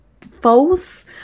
false